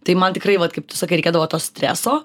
tai man tikrai vat kaip tu sakai reikėdavo to streso